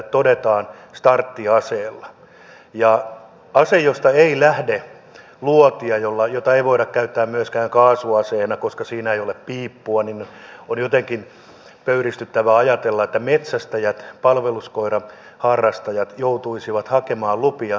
ja kun on kyse aseesta josta ei lähde luotia jota ei voida käyttää myöskään kaasuaseena koska siinä ei ole piippua niin on jotenkin pöyristyttävää ajatella että metsästäjät palveluskoiraharrastajat joutuisivat hakemaan lupia starttipyssyille